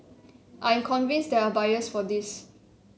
I'm convinced there are buyers for this